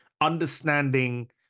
understanding